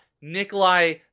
Nikolai